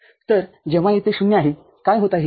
तर जेव्हा येथे ० आहे काय होत आहे